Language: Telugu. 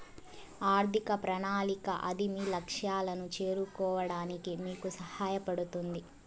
ఆర్థిక ప్రణాళిక అది మీ లక్ష్యాలను చేరుకోవడానికి మీకు సహాయపడుతుంది